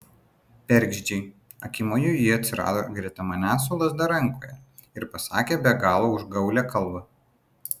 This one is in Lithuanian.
bergždžiai akimoju ji atsirado greta manęs su lazda rankoje ir pasakė be galo užgaulią kalbą